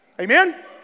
Amen